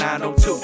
902